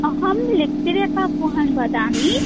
अहं लिप्तिरेखा पूहण् वदामि